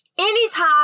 anytime